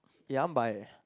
eh I want buy leh